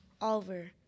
Oliver